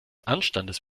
anstandes